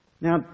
Now